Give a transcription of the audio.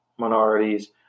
minorities